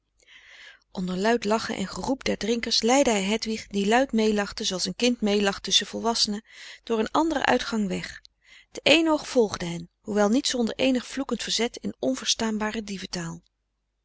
onder luid lachen en geroep der drinkers leidde hij hedwig die luid meelachte zooals een kind meelacht tusschen volwassenen door een anderen uitgang weg de éénoog volgde hen hoewel niet zonder eenig vloekend verzet in onverstaanbare dieventaal